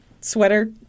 sweater